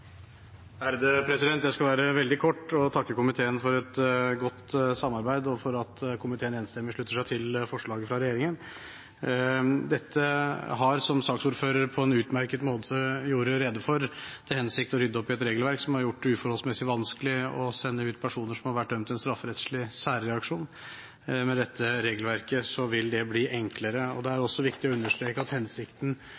Jeg skal være veldig kort og takke komiteen for et godt samarbeid, og for at komiteen enstemmig slutter seg til forslaget fra regjeringen. Dette har, som saksordfører på en utmerket måte gjorde rede for, til hensikt å rydde opp i et regelverk som har gjort det uforholdsmessig vanskelig å sende ut personer som har vært dømt til en strafferettslig særreaksjon. Med dette regelverket vil dette bli enklere. Det er også viktig å understreke at hensikten